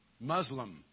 Muslim